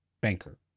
banker